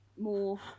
more